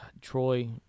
Troy